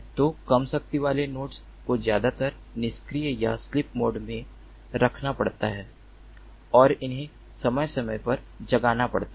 तो कम शक्ति वाले नोड्स को ज्यादातर निष्क्रिय या स्लीप मोड में रखना पड़ता है और उन्हें समय समय पर जगाना पड़ता है